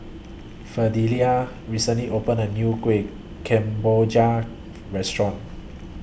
Fidelia recently opened A New Kueh Kemboja Restaurant